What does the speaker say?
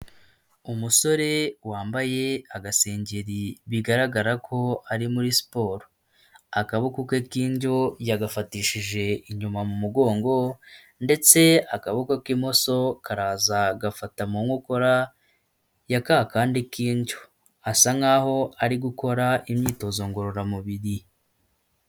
Umusore wambaye agasengeri bigaragara ko ari muri siporo. Akaboko ke k'indyo yagafatishije inyuma mu mugongo ndetse akaboko k'imoso karaza gafata mu nkokora ya ka kandi k'indyo asa nkaho ari gukora imyitozo ngororamubiri.